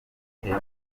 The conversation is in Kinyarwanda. buryo